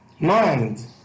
mind